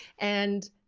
and